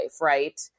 Right